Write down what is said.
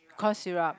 cough syrup